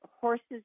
horses